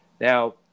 Now